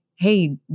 hey